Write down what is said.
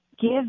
give